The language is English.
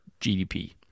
GDP